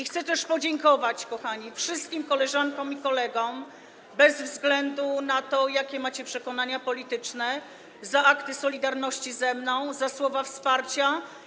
Chcę też podziękować, kochani, wszystkim koleżankom i kolegom, bez względu na to, jakie macie przekonania polityczne, za akty solidarności ze mną, za słowa wsparcia.